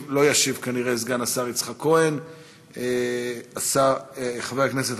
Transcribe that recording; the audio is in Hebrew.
לסדר-היום מס' 3757, 3764,